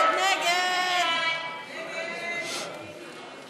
נגד 58. אין